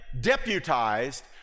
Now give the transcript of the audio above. deputized